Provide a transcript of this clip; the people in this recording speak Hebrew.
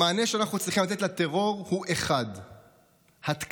המענה שאנחנו צריכים לתת לטרור הוא אחד: התקפה.